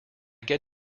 get